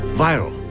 viral